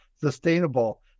sustainable